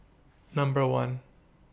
Number one